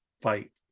fight